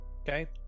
okay